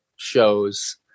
shows